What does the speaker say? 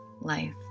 life